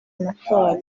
amatora